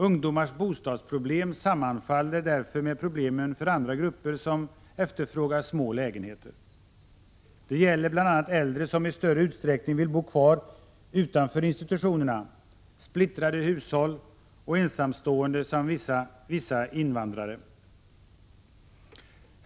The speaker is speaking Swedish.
Ungdomars bostadsproblem sammanfaller därför med problemen för andra grupper som efterfrågar små lägenheter. Det gäller bl.a. äldre som i större utsträckning vill bo kvar utanför institutionerna, splittrade hushåll och ensamstående samt vissa invandrare.